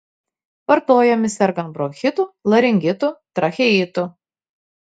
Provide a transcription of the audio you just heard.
vartojami sergant bronchitu laringitu tracheitu